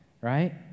right